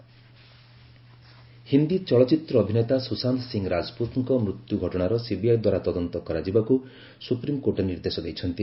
ସ୍ତଶାନ୍ତ ସିଂ ରାଜପ୍ରତ ହିନ୍ଦୀ ଚଳଚ୍ଚିତ୍ର ଅଭିନେତା ସୁଶାନ୍ତ ସିଂ ରାଜପୁତଙ୍କ ମୃତ୍ୟୁ ଘଟଣାର ସିବିଆଇ ଦ୍ୱାରା ତଦନ୍ତ କରାଯିବାକୁ ସୁପ୍ରିମକୋର୍ଟ ନିର୍ଦ୍ଦେଶ ଦେଇଛନ୍ତି